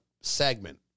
segment